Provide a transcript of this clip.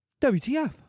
WTF